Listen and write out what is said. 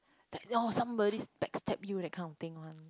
that oh somebody backstab you that kind of thing one